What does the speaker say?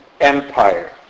Empire